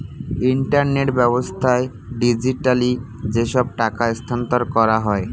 internet ব্যাবস্থায় digitally যেসব টাকা স্থানান্তর করা হয়